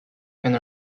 and